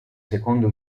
seconda